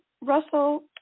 Russell